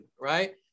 right